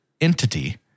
entity